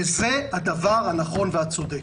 וזה הדבר הנכון והצודק.